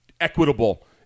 equitable